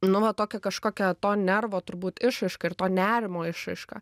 nu va tokia kažkokia to nervo turbūt išraiška ir to nerimo išraiška